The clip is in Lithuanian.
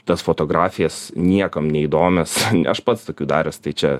tas fotografijas niekam neįdomias aš pats tokių daręs tai čia